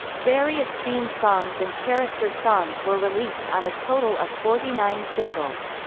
various theme songs and character songs were released on a total of forty nine singles.